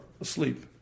asleep